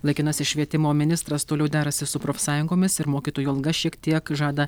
laikinasis švietimo ministras toliau derasi su profsąjungomis ir mokytojų algas šiek tiek žada